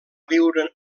viure